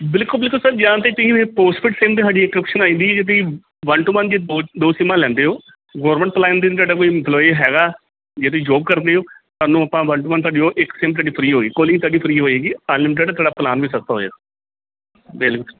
ਬਿਲਕੁਲ ਬਿਲਕੁਲ ਸਰ ਜਾਂ ਤਾਂ ਤੁਸੀਂ ਫਿਰ ਪੋਸਟਪੇਡ ਸਿੰਮ 'ਤੇ ਸਾਡੀ ਇੱਕ ਆਪਸ਼ਨ ਆ ਜਾਂਦੀ ਜੇ ਤੁਸੀਂ ਵਨ ਟੂ ਵਨ ਜੇ ਤੁਸੀਂ ਦੋ ਦੋ ਸਿੰਮਾਂ ਲੈਂਦੇ ਹੋ ਗਵਰਨਮੈਂਟ ਪਲੈਨ ਦੇ ਜੇ ਤੁਹਾਡਾ ਕੋਈ ਇਮਪਲੋਈ ਹੈਗਾ ਜੇ ਤੁਸੀਂ ਜੋਬ ਕਰਦੇ ਹੋ ਤੁਹਾਨੂੰ ਆਪਾਂ ਵਨ ਟੂ ਵਨ ਤੁਹਾਡੀ ਉਹ ਇੱਕ ਸਿੰਮ ਤੁਹਾਡੀ ਫਰੀ ਹੋਏਗੀ ਕਾਲਿੰਗ ਤੁਹਾਡੀ ਫਰੀ ਹੋਏਗੀ ਅਨਲਿਮਿਟਡ ਤੁਹਾਡਾ ਪਲਾਨ ਵੀ ਸਸਤਾ ਹੋਏਗਾ ਬਿਲਕੁਲ